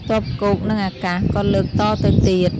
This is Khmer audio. ទ័ពគោកនិងអាកាស ក៏លើកតទៅទៀត ។